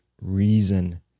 reason